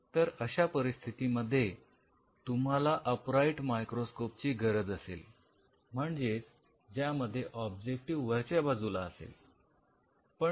तर अशा परिस्थितीमध्ये तुम्हाला अपराइट मायक्रोस्कोप ची गरज असेल म्हणजेच त्यामध्ये ऑब्जेक्टिव्ह वरच्या बाजूला असेल